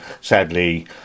Sadly